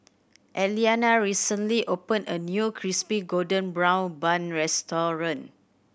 Elianna recently opened a new Crispy Golden Brown Bun restaurant